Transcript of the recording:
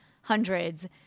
hundreds